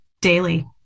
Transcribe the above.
Daily